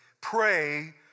pray